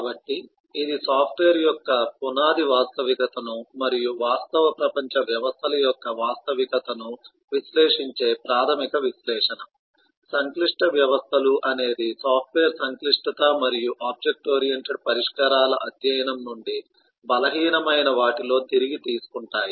కాబట్టి ఇది సాఫ్ట్వేర్ యొక్క పునాది వాస్తవికతను మరియు వాస్తవ ప్రపంచ వ్యవస్థల యొక్క వాస్తవికతను విశ్లేషించే ప్రాథమిక విశ్లేషణ సంక్లిష్ట వ్యవస్థలు అనేది సాఫ్ట్వేర్ సంక్లిష్టత మరియు ఆబ్జెక్ట్ ఓరియెంటెడ్ పరిష్కారాల అధ్యయనం నుండి బలహీనమైన వాటిలో తిరిగి తీసుకుంటాయి